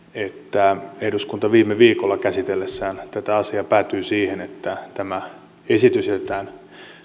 että eduskunta viime viikolla käsitellessään tätä asiaa päätyi siihen että tämä esitys jätetään